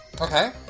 Okay